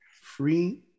Free